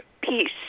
peace